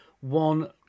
one